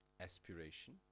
aspiration